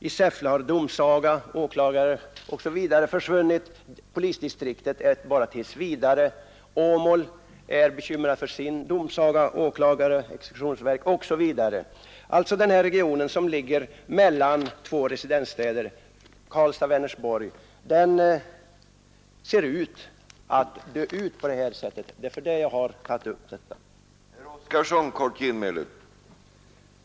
I Säffle har domsaga, åklagare osv. försvunnit, och polisdistriktet finns bara tills vidare. Åmål är bekymrad för domsaga, åklagare, exekutionsverk osv. Denna region, som ligger mellan två residensstäder, Karlstad och Vänesborg, tycks vara på väg att dö ut. Det är därför jag har tagit upp dess problem i det här sammanhanget.